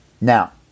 Now